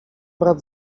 brat